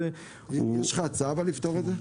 הוא --- האם יש לך הצעה לפתור את זה?